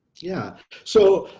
yeah. so,